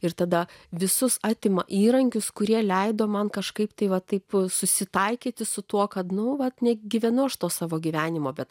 ir tada visus atima įrankius kurie leido man kažkaip tai va taip susitaikyti su tuo kad nuolat negyvenu aš to savo gyvenimo bet